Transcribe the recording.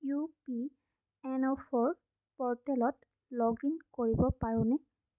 ই P F অ' প'ৰ্টেলত log in কৰি পাৰোঁনে